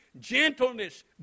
gentleness